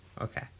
Okay